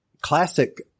classic